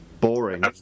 boring